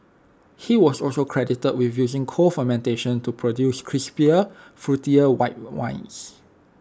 he was also credited with using cold fermentation to produce crisper fruitier white wines